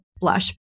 blush